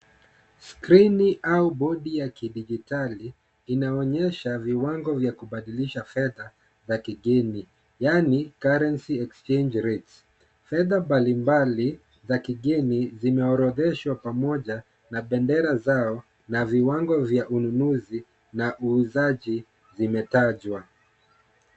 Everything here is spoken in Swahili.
skrini au bodi ya kijidali inaonyesha viwango vya kubadilisha fedha za kigeni yani currency exchange rate .Fedha mbalimbali za kigeni, zimeorodheshwa pamoja na bendera zao na viwango vya ununuzi na uuzaji zimetajwa.